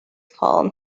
film